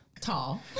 Tall